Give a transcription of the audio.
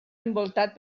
envoltat